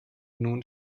nun